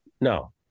No